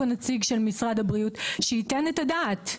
נציג של משרד הבריאות שייתן את הדעת.